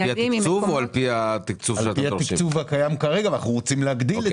על פי התקצוב שקיים כרגע אבל אנחנו רוצים להגדיל אותו.